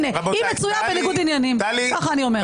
"היא מצויה בניגוד עניינים", ככה אני אומרת.